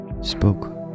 spoke